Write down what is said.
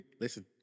Listen